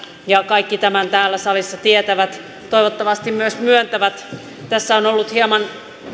ja kaikki tämän täällä salissa tietävät toivottavasti myös myöntävät tässä on ollut hieman